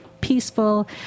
peaceful